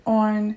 on